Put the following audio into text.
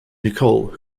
nicole